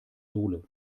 sohle